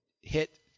hit